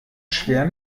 schwer